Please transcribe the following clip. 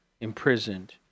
imprisoned